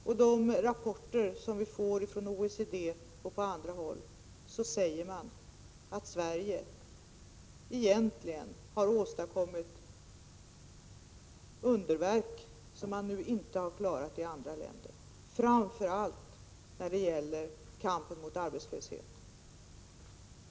I de rapporter som vi får från OECD och från andra håll sägs att Sverige egentligen har åstadkommit underverk, vilket man inte har gjort i andra länder, framför allt när det gäller kampen mot arbetslösheten.